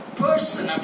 person